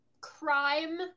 Crime